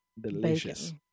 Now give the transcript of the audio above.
Delicious